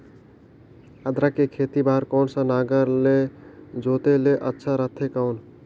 अदरक के खेती बार कोन सा नागर ले जोते ले अच्छा रथे कौन?